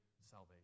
salvation